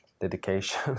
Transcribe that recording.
dedication